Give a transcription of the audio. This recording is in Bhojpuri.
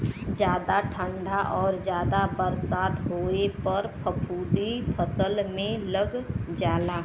जादा ठंडा आउर जादा बरसात होए पर फफूंदी फसल में लग जाला